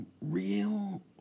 real